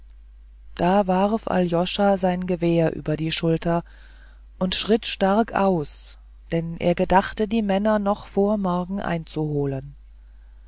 da warf aljoscha sein gewehr über die schulter und schritt stark aus denn er gedachte die männer noch vor morgen einzuholen